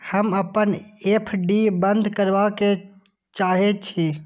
हम अपन एफ.डी बंद करबा के चाहे छी